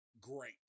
great